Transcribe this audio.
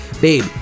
babe